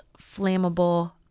flammable